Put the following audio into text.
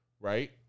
Right